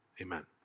Amen